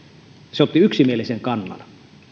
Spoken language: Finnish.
se otti yksimielisen kannan